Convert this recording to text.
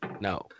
No